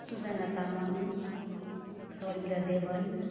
Sudana Tamang Sarmila Devan